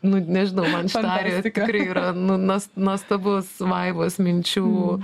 nu nežinau man šita airija tikrai yra na nuo nuostabus vaivos minčių